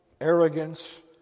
arrogance